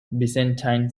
byzantine